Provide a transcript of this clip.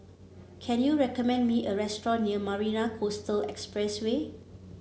can you recommend me a restaurant near Marina Coastal Expressway